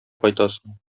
кайтасың